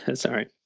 Sorry